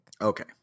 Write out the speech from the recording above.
Okay